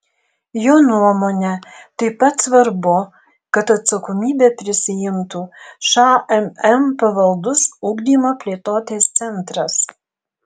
jo nuomone taip pat svarbu kad atsakomybę prisiimtų šmm pavaldus ugdymo plėtotės centras